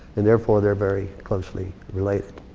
and therefore, they're very closely related.